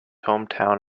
hometown